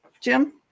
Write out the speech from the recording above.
Jim